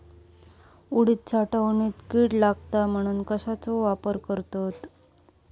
उडीद साठवणीत कीड लागात म्हणून कश्याचो वापर करतत?